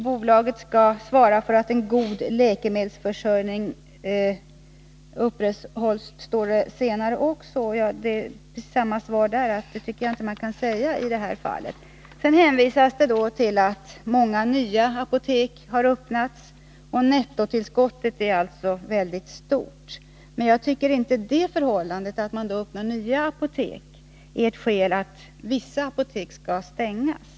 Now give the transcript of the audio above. Bolaget skall svara för att en god läkemedelsförsörjning upprätthålls, står det senare i svaret. Men det tycker jag inte heller man kan säga att bolaget gör i det här fallet. Sedan hänvisas det till att många nya apotek har öppnat och att nettotillskottet är mycket stort. Men det förhållandet att man öppnar nya apotek är inte ett skäl till att vissa apotek skall stängas.